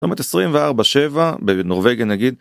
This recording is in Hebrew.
24/7 בנורווגיה, נגיד